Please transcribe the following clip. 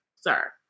sir